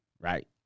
right